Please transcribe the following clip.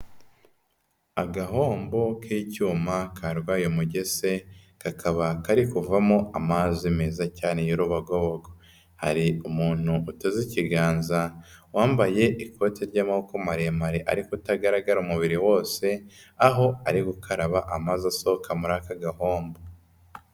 Agahombo k'icyuma karwaye umugese, kakaba kari kuvamo amazi meza cyane y'urubogobogo, hari umuntu uteze ikiganza, wambaye ikote ry'amaboko maremare ariko utagaragara umubiri wose, aho ari gukaraba amazi asohoka muri aka gahombo.